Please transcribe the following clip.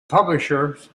publishers